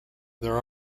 there